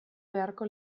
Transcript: beharko